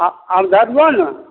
आओर अब दए देबौ ने